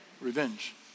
revenge